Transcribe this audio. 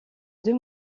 deux